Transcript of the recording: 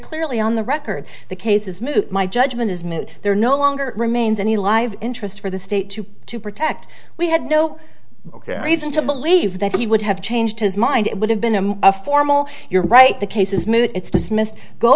clearly on the record the case is moot my judgment is moot there no longer remains any live interest for the state to to protect we had no reason to believe that he would have changed his mind it would have been in a formal you're right the case is moot it's dismissed go